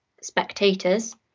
spectators